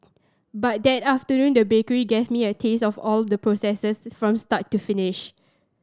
but that afternoon the bakery gave me a taste of all the processes from start to finish